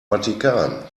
vatikan